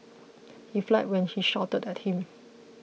he fled when she shouted at him